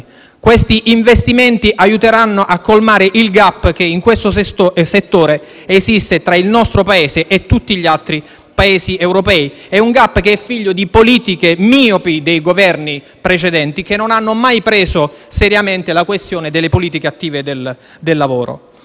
Questi investimenti aiuteranno a colmare il *gap* che in questo settore esiste tra il nostro Paese e tutti gli altri Paesi europei e che è figlio delle politiche miopi dei Governi precedenti, che non hanno mai preso seriamente la questione delle politiche attive del lavoro.